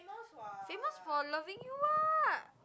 famous for loving you ah